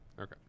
okay